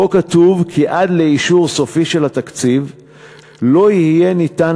שבו כתוב כי עד לאישור סופי של התקציב לא יהיה ניתן